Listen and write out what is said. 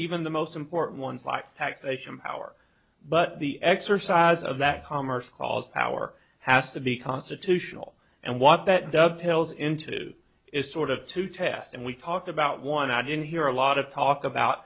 even the most important one by taxation power but the exercise of that commerce clause power has to be constitutional and what that dovetails into is sort of two test and we talked about one i didn't hear a lot of talk about